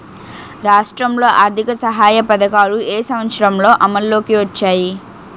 రాష్ట్రంలో ఆర్థిక సహాయ పథకాలు ఏ సంవత్సరంలో అమల్లోకి వచ్చాయి?